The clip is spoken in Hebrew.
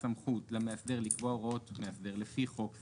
סמכות למאסדר לקבוע הוראות מאסדר לפי חוק זה,